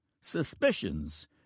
Suspicions